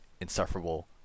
insufferable